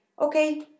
okay